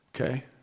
Okay